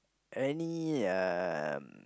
any um